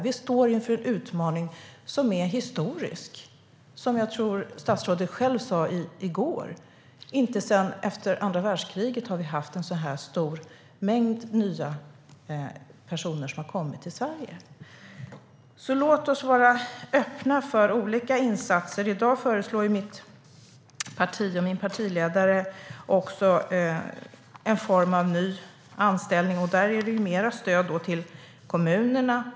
Vi står inför en utmaning som är historisk, som jag tror att statsrådet själv sa i går. Inte sedan efter andra världskriget har vi haft en så här stor mängd nya personer som har kommit till Sverige. Låt oss vara öppna för olika insatser! I dag föreslår mitt parti och min partiledare en form av ny anställning. Där är det mer stöd till kommunerna.